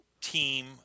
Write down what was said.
team